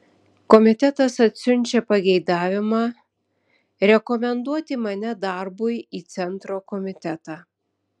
komitetas atsiunčia pageidavimą rekomenduoti mane darbui į centro komitetą